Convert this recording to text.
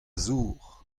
zour